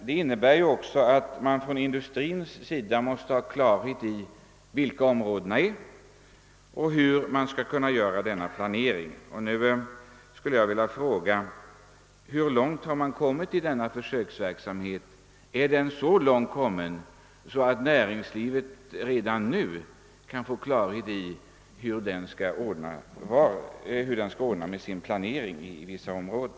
Det innebär också att man från industrins sida måste ha klarhet om vilka områdena är och hur man skall göra sin planering. Nu skulle jag vilja fråga: Hur långt har man kommit i denna försöksverksamhet? Är den så långt kommen att näringslivet redan nu kan få klarhet i hur man skall ordna med sin planering i vissa områden?